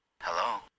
Hello